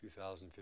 2015